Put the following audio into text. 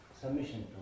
submission